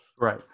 right